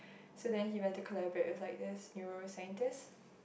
so then he went to collaborate with like this neuro scientist